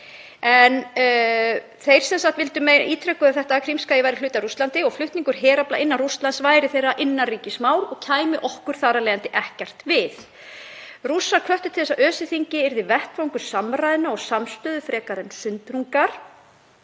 brú þarna á milli. En þeir ítrekuðu að Krímskagi væri hluti af Rússlandi og flutningur herafla innan Rússlands væri þeirra innanríkismál og kæmi okkur þar af leiðandi ekkert við. Rússar hvöttu til þess að ÖSE-þingið yrði vettvangur samræðna og samstöðu frekar en sundrungar.